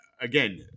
Again